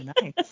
nice